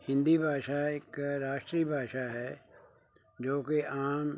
ਹਿੰਦੀ ਭਾਸ਼ਾ ਇੱਕ ਰਾਸ਼ਟਰੀ ਭਾਸ਼ਾ ਹੈ ਜੋ ਕਿ ਆਮ